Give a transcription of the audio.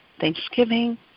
Thanksgiving